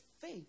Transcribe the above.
faith